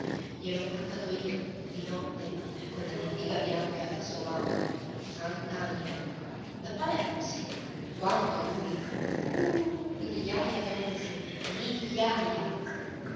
niente gliel'ho portato io di notte con la lettiga bianca alla sua mamma sant'anima da palermo sì quanto lui uh migliaja d'onze migliaja